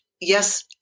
Yes